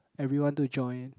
everyone to join